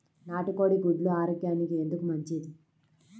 నాటు కోడి గుడ్లు ఆరోగ్యానికి ఎందుకు మంచిది?